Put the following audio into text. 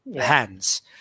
hands